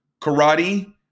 Karate